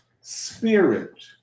spirit